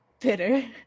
bitter